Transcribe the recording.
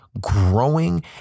growing